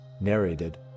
Narrated